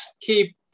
keep